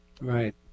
Right